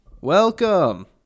Welcome